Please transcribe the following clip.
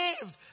saved